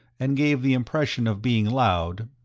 and gave the impression of being loud,